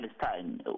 palestine